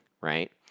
Right